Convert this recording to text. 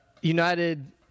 United